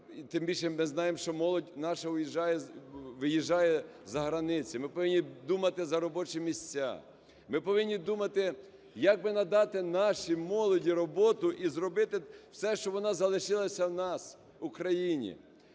тим більше ми знаємо, що молодь наша виїжджає за границю, ми повинні думати за робочі місця, ми повинні думати, як би надати нашій молоді роботу і зробити все, щоб вона залишилася у нас в Україні.